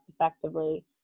effectively